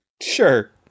Sure